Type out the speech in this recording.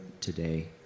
today